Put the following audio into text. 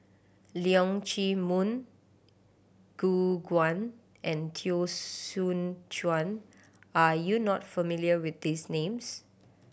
Leong Chee Mun Gu Juan and Teo Soon Chuan are you not familiar with these names